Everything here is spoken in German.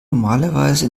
normalerweise